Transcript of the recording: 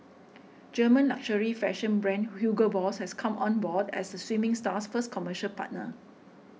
German luxury fashion brand Hugo Boss has come on board as the swimming star's first commercial partner